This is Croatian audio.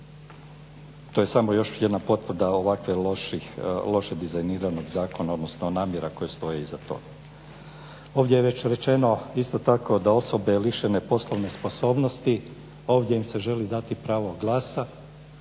to je samo još jedna potvrde loše dizajniranog zakona, odnosno namjera koje stoje iza toga. Ovdje je već rečeno isto tako da osobe lišene poslovne sposobnosti ovdje im se želi dati pravo glasa.